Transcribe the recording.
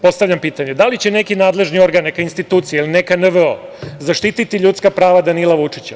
Postavljam pitanje - da li će neki nadležni organ, neka institucija ili neka NVO zaštititi ljudska prava Danila Vučića?